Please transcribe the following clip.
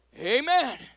Amen